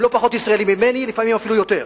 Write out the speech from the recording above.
הם לא פחות ישראלים ממני, לפעמים אפילו יותר.